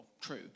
true